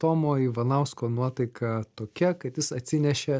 tomo ivanausko nuotaika tokia kad jis atsinešė